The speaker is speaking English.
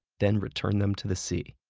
then return them to the sea.